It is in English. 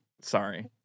Sorry